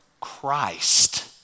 Christ